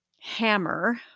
hammer